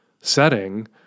setting